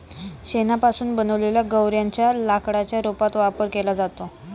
शेणापासून बनवलेल्या गौर्यांच्या लाकडाच्या रूपात वापर केला जातो